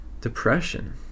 depression